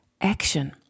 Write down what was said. action